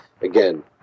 Again